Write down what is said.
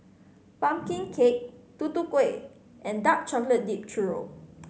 pumpkin cake Tutu Kueh and dark chocolate dipped churro